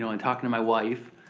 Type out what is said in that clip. um and talkin' to my wife,